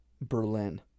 Berlin